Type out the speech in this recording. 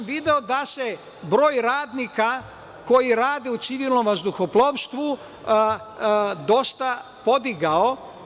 Video sam da se broj radnika koji rade u Civilnom vazduhoplovstvu dosta podigao.